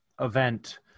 event